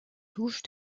touches